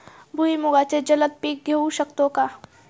भुईमुगाचे जलद पीक घेऊ शकतो का?